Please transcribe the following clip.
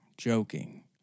Joking